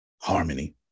Harmony